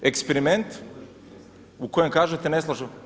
Eksperiment u kojem kažete, ne slažu se.